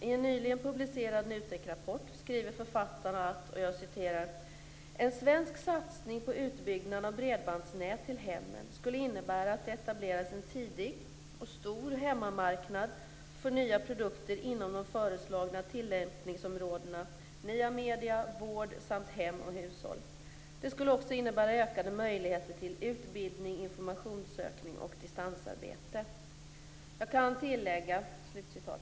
I en nyligen publicerad NUTEK rapport skriver författarna: "En svensk satsning på utbyggnad av bredbandsnät till hemmen skulle innebära att det etableras en tidig och stor hemmamarknad för nya produkter inom de föreslagna tillämpningsområdena nya media, vård samt hem och hushåll. Det skulle också innebära ökade möjligheter till utbildning, informationssökning och distansarbete."